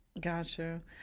Gotcha